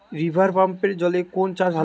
রিভারপাম্পের জলে কোন চাষ ভালো হবে?